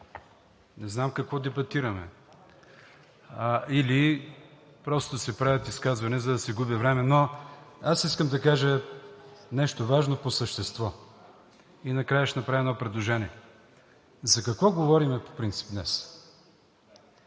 Не знам какво дебатираме? Или просто се правят изказвания, за да се губи време. Искам да кажа нещо важно по същество и накрая ще направя едно предложение. За какво говорим по принцип днес?